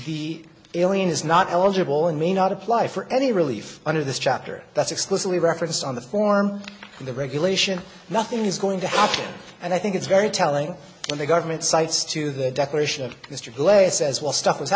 the alien is not eligible and may not apply for any relief under this chapter that's explicitly referenced on the form the regulation nothing is going to happen and i think it's very telling when the government cites to the declaration of mr glegg says well stuff